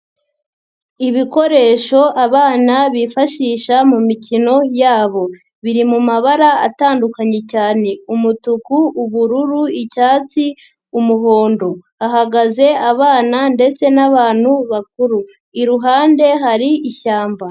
Ibikoresho abana bifashisha mu mikino yabo, biri mu mabara atandukanye cyane, umutuku, ubururu, icyatsi, umuhondo, hahagaze abana ndetse n'abantu bakuru, iruhande hari ishyamba.